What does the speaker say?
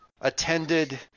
attended